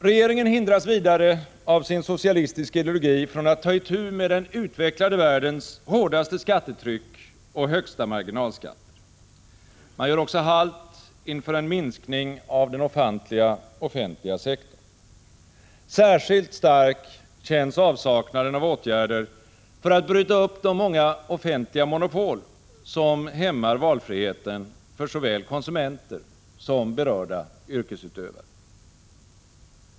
Regeringen hindras vidare av sin socialistiska ideologi från att ta itu med den utvecklade världens hårdaste skattetryck och högsta marginalskatter. Man gör också halt inför en minskning av den ofantliga offentliga sektorn. Särskilt stark känns avsaknaden av åtgärder för att bryta upp de många offentliga monopol som hämmar valfriheten för såväl konsumenter som berörda yrkesutövare.